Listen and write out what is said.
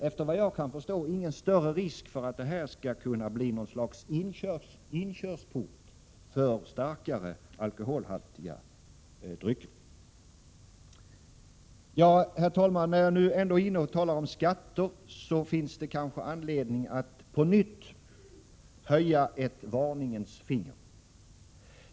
Efter vad jag kan förstå finns det ingen större risk för att lättvinet skall bli något slags inkörsport för starkare alkoholhaltiga drycker. Herr talman! När jag ändå är inne på skatter finns det kanske anledning att på nytt höja ett varningens finger.